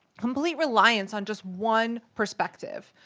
complete reliance on just one perspective.